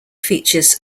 features